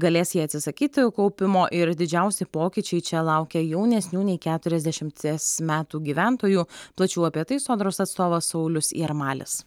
galės jie atsisakyti kaupimo ir didžiausi pokyčiai čia laukia jaunesnių nei keturiasdešimties metų gyventojų plačiau apie tai sodros atstovas saulius jarmalis